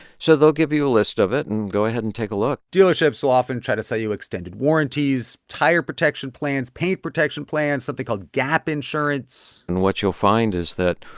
so they'll give you a list of it. and go ahead and take a look dealerships will often try to sell you extended warranties, tire protection plans, paint protection plans, something called gap insurance and what you'll find is that